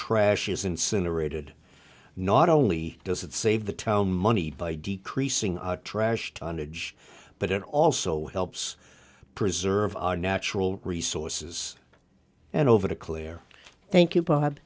trash is incinerated not only does it save the town money by decreasing our trash tonnage but it also helps preserve our natural resources and over to clare thank you b